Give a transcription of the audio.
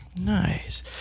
Nice